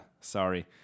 sorry